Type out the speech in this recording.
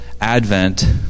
Advent